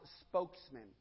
spokesman